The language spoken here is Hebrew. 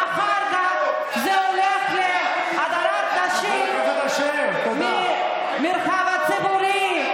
ואחר כך, זה הולך להדרת נשים מהמרחב הציבורי.